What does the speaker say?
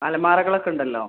അലമാരകൾ ഒക്കെ ഉണ്ടല്ലോ